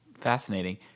Fascinating